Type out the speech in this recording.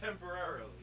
temporarily